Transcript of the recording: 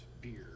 beer